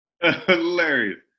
Hilarious